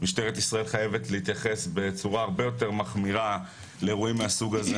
משטרת ישראל חייבת להתייחס בצורה הרבה יותר מחמירה לאירועים מהסוג הזה,